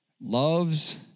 loves